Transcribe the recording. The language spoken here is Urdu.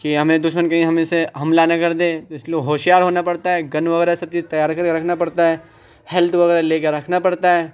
کہ ہمیں دشمن کہیں ہمیں سے حملہ نہ کردے اس لیے ہوشیار ہونا پڑتا ہے گن وغیرہ سب چیز تیار کر کے رکھںا پڑتا ہے ہیلتھ وغیرہ لے کے رکھنا پڑتا ہے